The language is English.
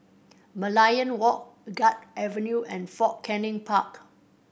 Merlion Walk Guards Avenue and Fort Canning Park